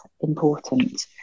important